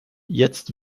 jetzt